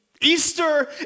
Easter